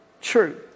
true